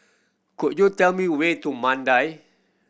could you tell me way to Mandai